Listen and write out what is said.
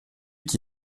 qui